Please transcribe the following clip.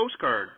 postcard